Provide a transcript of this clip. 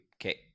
Okay